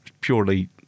Purely